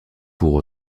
pour